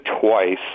twice